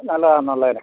നല്ലതാണ് നല്ലതിന്